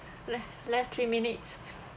left left three minutes